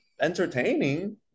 entertaining